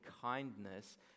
kindness